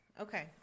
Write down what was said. okay